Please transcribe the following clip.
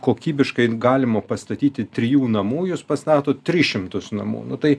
kokybiškai galima pastatyti trijų namų jūs pastatot tris šimtus namų nu tai